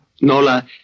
Nola